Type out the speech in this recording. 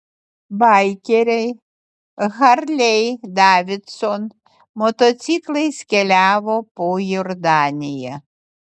baikeriai harley davidson motociklais keliavo po jordaniją